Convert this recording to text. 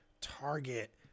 target